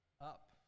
up